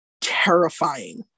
terrifying